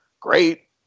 great